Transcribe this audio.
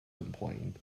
complained